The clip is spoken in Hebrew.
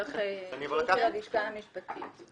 צריך אישור של הלשכה המשפטית.